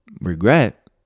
Regret